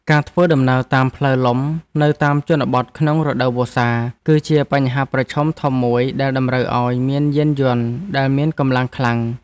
ការធ្វើដំណើរតាមផ្លូវលំនៅតាមជនបទក្នុងរដូវវស្សា គឺជាបញ្ហាប្រឈមធំមួយដែលតម្រូវឱ្យមានយានយន្តដែលមានកម្លាំងខ្លាំង។